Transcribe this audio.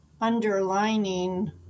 underlining